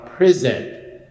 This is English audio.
prison